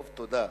טוב, תודה.